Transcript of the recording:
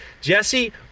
Jesse